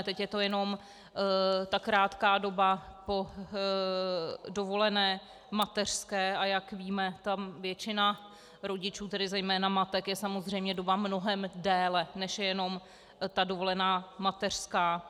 Teď je to jenom ta krátká doba po dovolené mateřské, a jak víme, většina rodičů, tedy zejména matek, je samozřejmě doma mnohem déle, než je jenom ta dovolená mateřská.